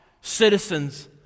citizens